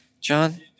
John